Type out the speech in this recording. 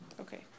Okay